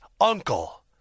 uncle